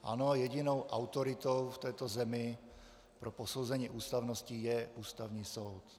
Ano, jedinou autoritou v této zemi pro posouzení ústavnosti je Ústavní soud.